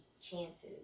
chances